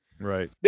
Right